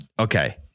Okay